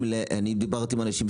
אני דיברתי עם אנשים,